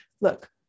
Look